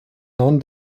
non